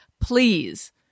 Please